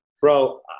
bro